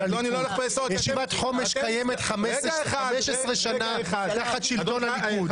ישיבת חומש קיימת 15 שנה תחת שלטון הליכוד,